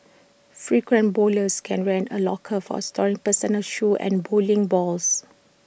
frequent bowlers can rent A locker for storing personal shoes and bowling balls